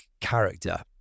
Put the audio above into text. character